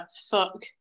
fuck